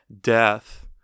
death